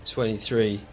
Twenty-three